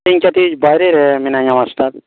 ᱤᱧ ᱠᱟᱹᱴᱤᱡ ᱵᱟᱭᱨᱮ ᱢᱤᱱᱟᱹᱧᱟ ᱢᱟᱥᱴᱟᱨ